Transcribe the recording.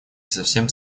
совсем